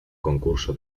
concurso